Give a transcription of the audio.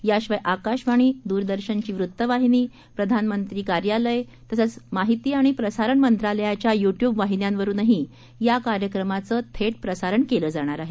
याशिवाय आकाशवाणी द्रदर्शनची वृत्तवाहिनी प्रधानमंत्र्यां कार्यालय तसंच माहिती आणि प्रसारण मंत्रालयाच्या युट्युब वाहिन्यांवरूनही या कार्यक्रमाचं थेट प्रसारण केलं जाणार आहे